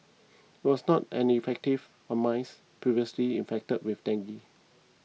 it was not any effective on mice previously infected with dengue